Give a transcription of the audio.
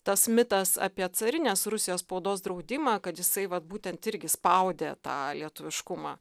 tas mitas apie carinės rusijos spaudos draudimą kad jisai vat būtent irgi spaudė tą lietuviškumą